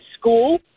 school